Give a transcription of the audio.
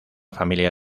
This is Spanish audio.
familia